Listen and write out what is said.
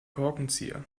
korkenzieher